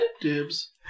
dibs